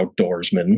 outdoorsman